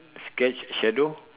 sketch shadow